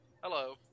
Hello